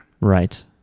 Right